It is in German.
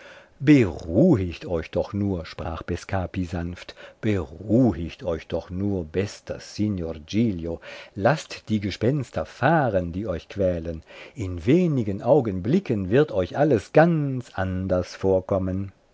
beruhigt euch doch nur sprach bescapi sanft beruhigt euch doch nur bester signor giglio laßt die gespenster fahren die euch quälen in wenigen augenblicken wird euch alles ganz anders vorkommen